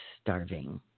starving